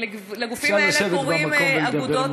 אפשר לשבת במקום ולדבר.